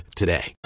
today